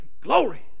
glory